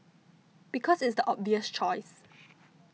because it's the obvious choice